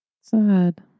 Sad